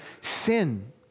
sin